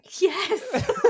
Yes